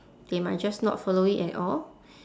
they might just not follow it at all